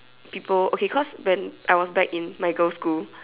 people okay cause when I was back in my girls school